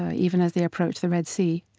ah even as they approach the red sea,